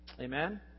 Amen